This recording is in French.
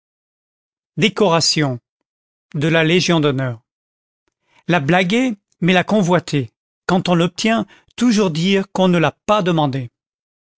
décoration de la légion d'honneur la blaguer mais la convoiter quand on l'obtient toujours dire qu'on ne l'a pas demandée